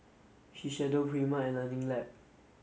Shiseido Prima and Learning Lab